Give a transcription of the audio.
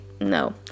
no